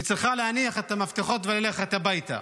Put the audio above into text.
היא צריכה להניח את המפתחות וללכת הביתה.